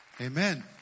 Amen